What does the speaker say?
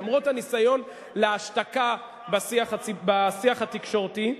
למרות הניסיון להשתקה בשיח התקשורתי,